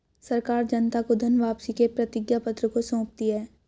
सरकार जनता को धन वापसी के प्रतिज्ञापत्र को सौंपती है